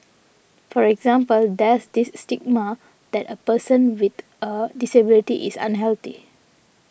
for example there's this stigma that a person with a disability is unhealthy